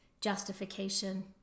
justification